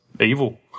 evil